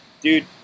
dude